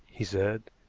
he said.